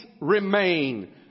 remain